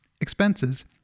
expenses